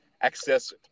access